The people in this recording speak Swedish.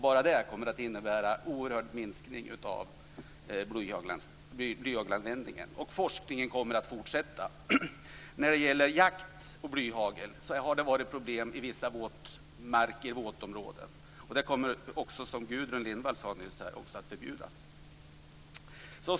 Bara det kommer att innebära en oerhörd minskning av blyhagelanvändningen. Forskningen kommer också att fortsätta. Det har varit problem i vissa våtmarksområden med jakt och blyhagel. Som Gudrun Lindvall sade nyss kommer det också att förbjudas.